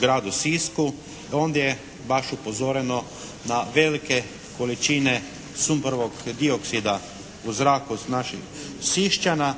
gradu Sisku. Ondje je baš upozoreno na velike količine sumporovog dioksida u zraku naših Siščana,